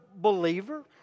believer